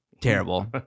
terrible